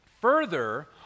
Further